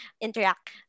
interact